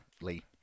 Lee